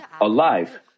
alive